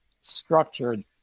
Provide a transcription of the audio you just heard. structured